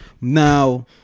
Now